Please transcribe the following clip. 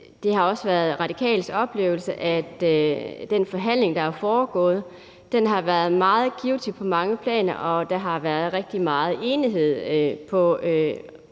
Det har også været Radikales oplevelse, at den forhandling, der har foregået, har været meget givtig på mange planer, og der har været rigtig meget enighed på